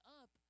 up